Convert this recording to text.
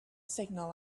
signal